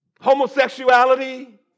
homosexuality